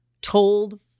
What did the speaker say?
told